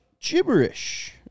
gibberish